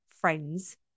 friends